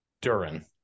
Durin